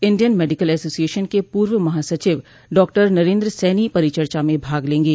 Indian medical association के पूर्व महासचिव डॉक्टर नरेन्द्र सैनी परिचर्चा में भाग लेंगे